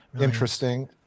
interesting